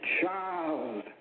child